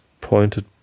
pointed